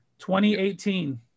2018